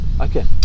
Okay